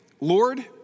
Lord